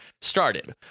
started